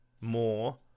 more